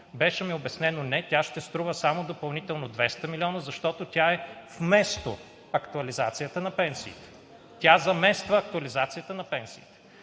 Беше ми обяснено, че тя ще струва само допълнително 200 милиона, защото тя е вместо актуализацията на пенсиите и замества актуализацията на пенсиите.